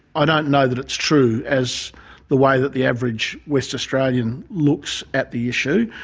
i don't know that it's true as the way that the average west australian looks at the issue.